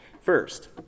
First